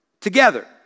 together